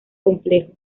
complejo